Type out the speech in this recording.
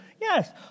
Yes